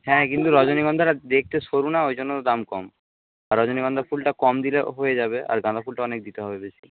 হ্যাঁ কিন্তু রজনীগন্ধাটা দেখতে সরু না ওই জন্য দাম কম রজনীগন্ধা ফুলটা কম দিলে হয়ে যাবে আর গাঁদা ফুলটা অনেক দিতে হবে বেশি